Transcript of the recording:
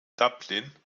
dublin